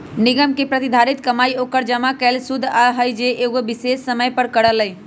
निगम के प्रतिधारित कमाई ओकर जमा कैल शुद्ध आय हई जे उ एगो विशेष समय पर करअ लई